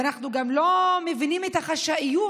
ואנחנו גם לא מבינים את החשאיות,